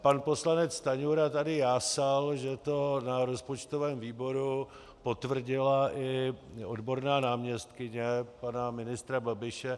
Pan poslanec Stanjura tady jásal, že to na rozpočtovém výboru potvrdila i odborná náměstkyně pana ministra Babiše.